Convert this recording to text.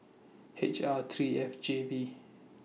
H R three F J V